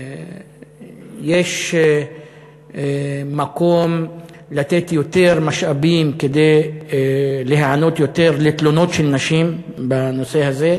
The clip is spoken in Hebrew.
יש מקום לתת יותר משאבים כדי להיענות יותר לתלונות של נשים בנושא הזה.